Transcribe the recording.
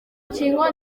rukingo